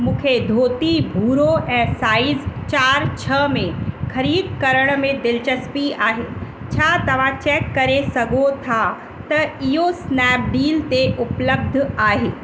मूंखे धोती भूरो ऐं साइज़ चारि छह में ख़रीदु करण में दिलचस्पी आहे छा तव्हां चेक करे सघो था त इहो स्नैपडील ते उपलब्ध आहे